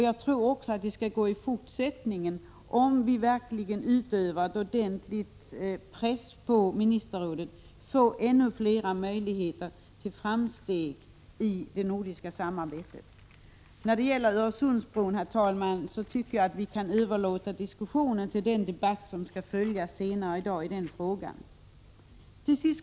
Jag tror att det skall gå att även i fortsättningen få ännu fler möjligheter till framsteg i det nordiska samarbetet om vi verkligen utövar en ordentlig press på ministerrådet. Herr talman! När det gäller Öresundsbron tycker jag att vi kan föra den diskussionen i den debatt som följer senare i dag i den frågan. Herr talman!